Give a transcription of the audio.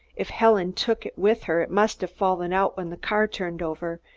if helen took it with her, it must have fallen out when the car turned over,